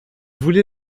voulait